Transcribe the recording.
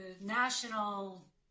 National